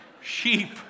Sheep